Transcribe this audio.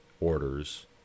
orders